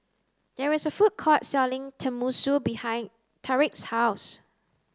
there is a food court selling Tenmusu behind Tyriq's house